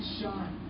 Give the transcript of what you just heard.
shine